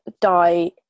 die